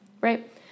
Right